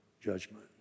judgment